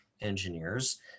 engineers